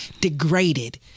degraded